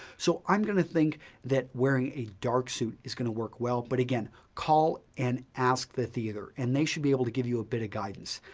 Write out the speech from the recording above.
so i'm going to think that wearing a dark suit is going to work well, but again, call and ask the theater and they should be able to give you a bit of guidance.